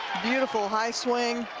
beautiful high swing,